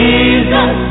Jesus